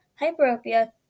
hyperopia